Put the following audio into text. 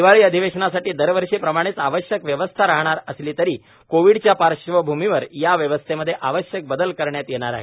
हिवाळी अधिवेशनासाठी दरवर्षी प्रमाणेच आवश्यक व्यवस्था राहणार असली तरी कोविडच्या पार्श्वभूमीवर या व्यवस्थेमध्ये आवश्यक बदल करण्यात येणार आहे